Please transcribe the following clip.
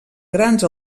grans